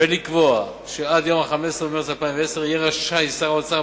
ולקבוע שעד יום 15 במרס 2010 יהיה רשאי שר האוצר,